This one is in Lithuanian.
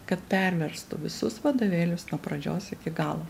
kad perverstų visus vadovėlius nuo pradžios iki galo